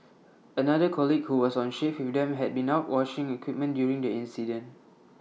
another colleague who was on shift with them had been out washing equipment during the incident